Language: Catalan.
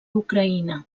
ucraïna